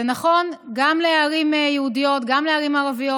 זה נכון גם לערים יהודיות, גם לערים ערביות.